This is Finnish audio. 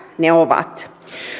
ne ovat